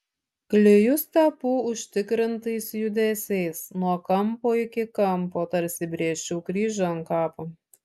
klijus tepu užtikrintais judesiais nuo kampo iki kampo tarsi brėžčiau kryžių ant kapo